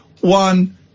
one